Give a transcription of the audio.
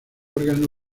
órgano